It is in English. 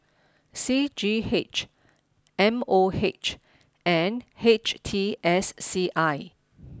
C G H M O H and H T S C I